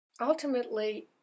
Ultimately